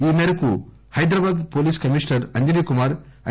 ఈ మేరకు Hyderabad police commissioner Anjani Kumar I